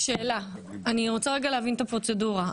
אני רוצה להבין את הפרוצדורה.